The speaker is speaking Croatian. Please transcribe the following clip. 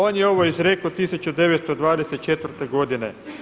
On je ovo izrekao 1924. godine.